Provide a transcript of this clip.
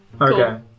Okay